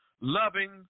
loving